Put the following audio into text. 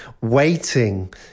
waiting